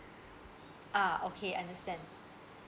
ah okay understand